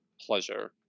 pleasure